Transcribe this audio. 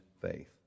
faith